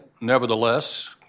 nevertheless